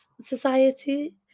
society